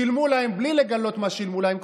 שילמו להם בלי לגלות מה שילמו להם.